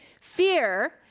Fear